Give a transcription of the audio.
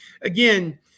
again